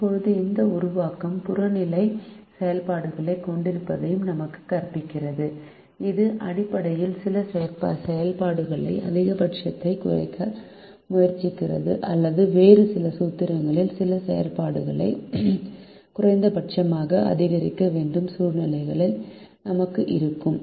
இப்போது இந்த உருவாக்கம் புறநிலை செயல்பாடுகளைக் கொண்டிருப்பதையும் நமக்குக் கற்பிக்கிறது இது அடிப்படையில் சில செயல்பாடுகளின் அதிகபட்சத்தைக் குறைக்க முயற்சிக்கிறது அல்லது வேறு சில சூத்திரங்களில் சில செயல்பாடுகளை குறைந்தபட்சமாக அதிகரிக்க வேண்டிய சூழ்நிலைகள் நமக்கு இருக்கும்